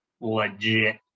legit